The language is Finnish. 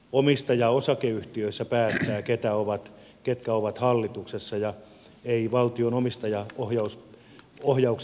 omistaja osakeyhtiöissä päättää ketkä ovat hallituksessa ja valtion omistajat pohjois ohjaus